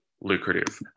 lucrative